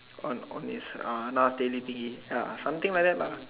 on on his uh Nas daily thingy ya something like that lah